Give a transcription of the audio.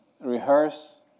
rehearse